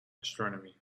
astronomy